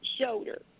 shoulder